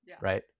Right